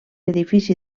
edifici